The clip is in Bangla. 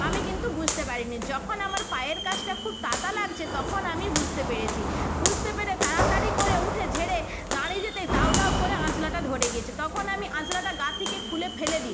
আমি কিন্তু বুঝতে পারি নি যখন আমার পায়ের কাছটা খুব তাপ লাগছে তখন আমি বুঝতে পেরেছি বুঝতে পেরে তাড়াতাড়ি করে উঠে ঝেড়ে দাঁড়িয়ে যেতেই দাউ দাউ করে আঁচলাটা ধরে গেছে তখন আমি আঁচলাটা গা থেকে খুলে ফেলে দিই